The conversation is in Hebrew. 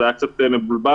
זה היה קצת מבולבל,